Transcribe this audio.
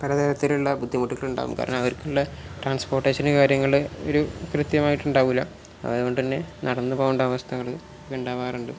പലതരത്തിലുള്ള ബുദ്ധിമുട്ടുകളുണ്ടാകും കാരണം അവർക്കുള്ള ട്രാൻസ്പോർട്ടേഷനും കാര്യങ്ങൾ ഒരു കൃത്യമായിട്ടുണ്ടാകില്ല അതു കൊണ്ടു തന്നെ നടന്നു പോകേണ്ട അവസ്ഥകൾ ഉണ്ടാകാറുണ്ട്